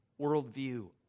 worldview